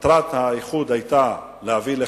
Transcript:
מטרת האיחוד היתה להביא לחסכונות,